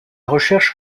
recherche